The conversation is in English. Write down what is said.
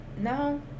No